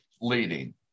leading